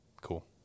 Cool